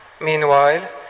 Meanwhile